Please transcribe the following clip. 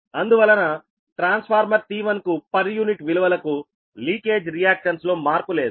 అందువలన transformer T1 కు per unit విలువలకు లీకేజ్ రియాక్టన్స్ లో మార్పు లేదు